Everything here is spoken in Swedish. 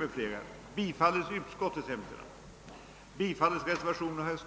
Rådsmöte i Dakar, Senegal.